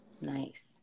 Nice